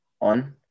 on